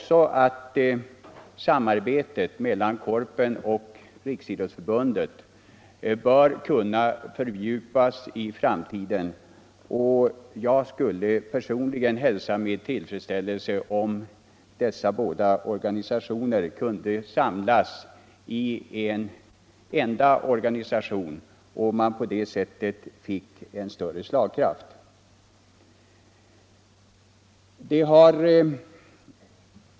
Samarbetet mellan Korpen och Riksidrottsförbundet bör kunna fördjupas i framtiden. Jag skulle personligen hälsa med tillfredsställelse om dessa båda organisationer kunde samlas i en enda organisation, som på det sättet fick en större slagkraft.